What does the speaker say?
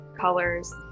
colors